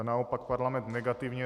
Naopak Parlament negativně.